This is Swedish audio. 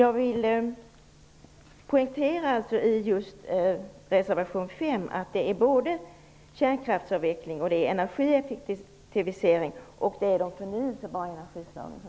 Jag vill alltså poängtera att vi i reservation 5 framhåller inte bara kärnkraftsavveckling utan också energieffektivisering och förnyelsebara energislag.